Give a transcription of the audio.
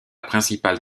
principale